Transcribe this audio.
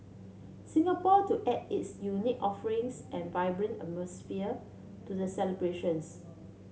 Singapore to add its unique offerings and vibrant atmosphere to the celebrations